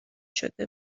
شده